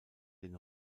den